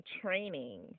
training